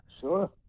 Sure